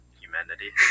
humanity